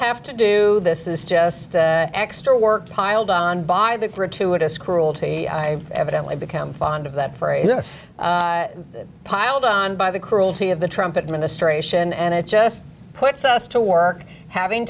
have to do this is just extra work piled on by the for a two of us cruelty i evidently become fond of that phrase this piled on by the cruelty of the trumpet administration and it just puts us to work having